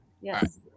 Yes